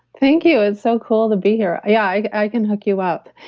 thank you, it's so cool to be here. yeah, i can hook you up.